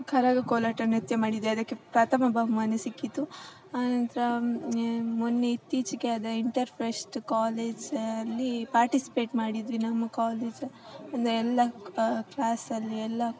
ಕರಗ ಕೋಲಾಟ ನೃತ್ಯ ಮಾಡಿದ್ದೆ ಅದಕ್ಕೆ ಪ್ರಥಮ ಬಹುಮಾನ ಸಿಕ್ಕಿತ್ತು ಆನಂತರ ಮೊನ್ನೆ ಇತ್ತೀಚೆಗೆ ಆದ ಇಂಟರ್ ಫ್ರೆಶ್ಟ್ ಕಾಲೇಜಲ್ಲಿ ಪಾರ್ಟಿಸ್ಪೇಟ್ ಮಾಡಿದ್ವಿ ನಮ್ಮ ಕಾಲೇಜ್ ಅಂದರೆ ಎಲ್ಲ ಕ್ಲಾಸಲ್ಲಿ ಎಲ್ಲ